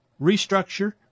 restructure